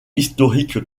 historique